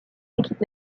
équipe